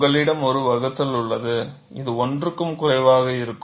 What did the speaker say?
உங்களிடம் ஒரு வகுத்தல் உள்ளது இது 1 க்கும் குறைவாக இருக்கும்